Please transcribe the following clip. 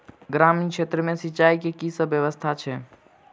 ग्रामीण क्षेत्र मे सिंचाई केँ की सब व्यवस्था छै?